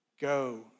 go